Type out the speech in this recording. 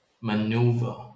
maneuver